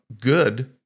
good